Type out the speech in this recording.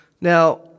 Now